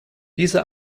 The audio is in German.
diese